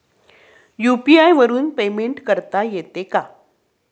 UPI वरून payment करता येते का?